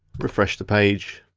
refresh the page.